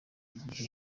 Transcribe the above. igihe